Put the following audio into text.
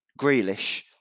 Grealish